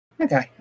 okay